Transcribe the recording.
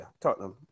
Tottenham